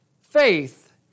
faith